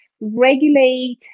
regulate